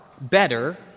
better